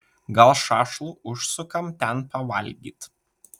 gal šašlų užsukam ten pavalgyt